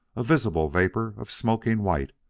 a visible vapor of smoking white,